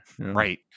Right